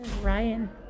Ryan